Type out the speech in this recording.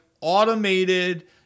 automated